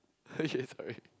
okay sorry